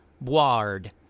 Board